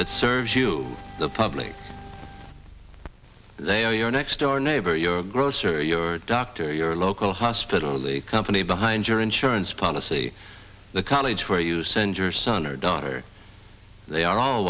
that serves you the public they are your next door neighbor your grocer your doctor your local hospital the company behind your insurance policy the college where you send your son or daughter they are all